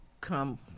come